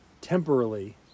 temporarily